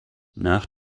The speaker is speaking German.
nach